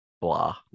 Blah